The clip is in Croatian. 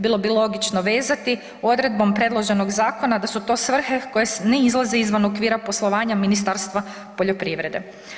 Bilo bi logično vezati odredbom predloženog zakona da su to svrhe koje ne izlaze izvan okvira poslovanja Ministarstva poljoprivrede.